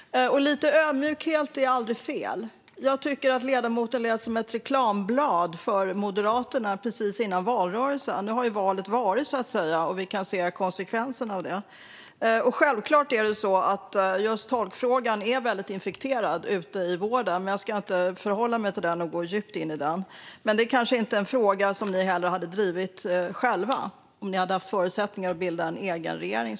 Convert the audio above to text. Lite ödmjukhet är aldrig fel. Jag tycker att ledamoten lät som ett reklamblad för Moderaterna under valrörelsen. Nu har ju valet hållits, och vi kan se konsekvenserna av det. Självklart är det så att tolkfrågan är väldigt infekterad ute i vården, men jag ska inte gå djupt in i denna fråga. Det är kanske inte heller en fråga som ni i Moderaterna hade drivit själva om ni hade haft förutsättningar att bilda en egen regering.